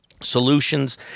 Solutions